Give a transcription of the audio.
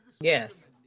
Yes